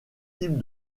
types